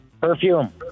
Perfume